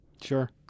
Sure